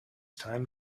time